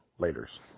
Laters